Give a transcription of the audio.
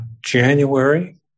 January